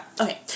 Okay